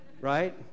right